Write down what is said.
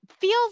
Feels